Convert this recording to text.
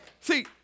see